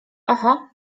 oho